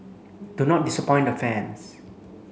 do not disappoint the fans